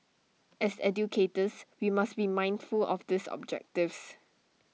as educators we must be mindful of these objectives